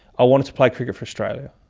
i wanted to play cricket for australia.